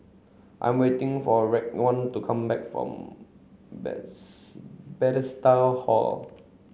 I am waiting for Raekwon to come back from Bethesda Hall